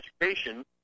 education